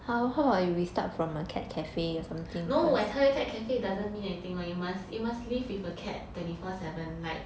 no I tell you cat cafe doesn't mean anything [one] you must you must live with a cat twenty four seven like